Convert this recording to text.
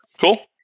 Cool